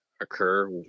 occur